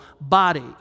body